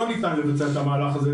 לא ניתן לבצע את המהלך הזה.